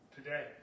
Today